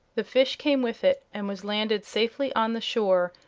the fish came with it and was landed safely on the shore,